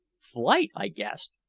flight! i gasped.